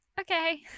Okay